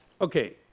Okay